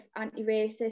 anti-racist